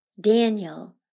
Daniel